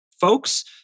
folks